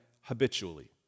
habitually